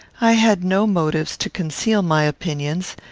i had no motives to conceal my opinions,